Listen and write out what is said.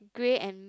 grey and